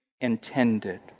intended